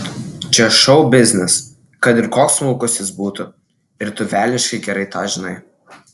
čia šou biznis kad ir koks smulkus jis būtų ir tu velniškai gerai tą žinai